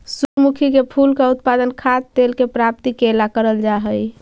सूर्यमुखी के फूल का उत्पादन खाद्य तेल के प्राप्ति के ला करल जा हई